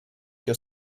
your